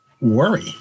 worry